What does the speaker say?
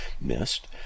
missed